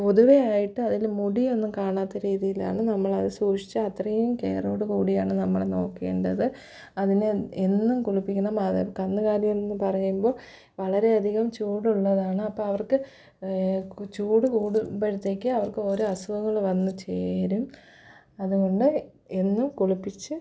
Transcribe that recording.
പൊതുവേ ആയിട്ട് അതിൽ മുടിയൊന്നും കാണാത്ത രീതിയിലാണ് നമ്മളത് സൂക്ഷിച്ച് അത്രയും കെയറോടു കൂടിയാണ് നമ്മൾ നോക്കേണ്ടത് അതിനെ എന്നും കുളിപ്പിക്കണം അത് കന്നുകാലി എന്നു പറയുമ്പോൾ വളരെ അധികം ചൂടുള്ളതാണ് അപ്പം അവർക്ക് ചൂട് കൂടുമ്പോഴ്ത്തേക്ക് അവർക്ക് ഓരോ അസുഖങ്ങൾ വന്നു ചേരും അതുകൊണ്ട് എന്നും കുളിപ്പിച്ച്